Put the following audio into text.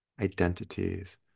identities